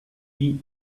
eat